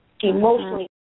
emotionally